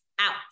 out